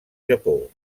japó